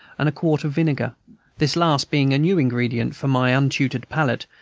and a quart of vinegar this last being a new ingredient for my untutored palate,